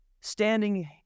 standing